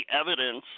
evidence